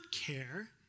care